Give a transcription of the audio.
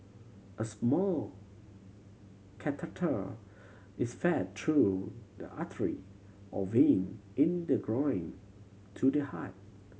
a small catheter is fed through the artery or vein in the groin to the heart